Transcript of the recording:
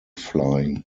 flying